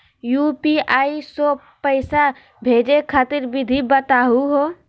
UPI स पैसा भेजै खातिर विधि बताहु हो?